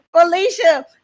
Felicia